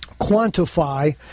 quantify